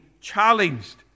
challenged